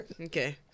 Okay